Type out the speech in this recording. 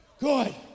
Good